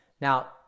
Now